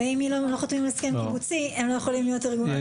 אם הם לא חותמים על הסכם קיבוצי הם לא יכולים להיות ארגון יציג.